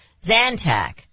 Zantac